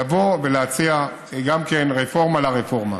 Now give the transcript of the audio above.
לבוא ולהציע גם כן רפורמה לרפורמה.